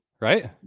right